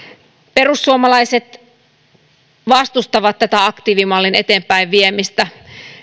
perussuomalaiset vastustavat tätä aktiivimallin eteenpäinviemistä